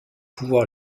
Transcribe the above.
pouvoir